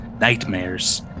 nightmares